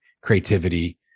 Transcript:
creativity